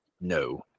No